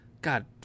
God